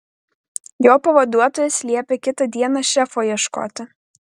jo pavaduotojas liepė kitą dieną šefo ieškoti